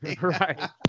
Right